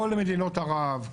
כל מדינות ערב,